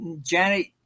Janet